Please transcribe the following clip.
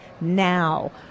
now